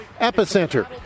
Epicenter